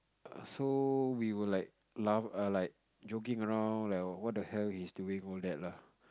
err so we were like laugh err like joking around like what the hell he's doing all that lah